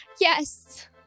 Yes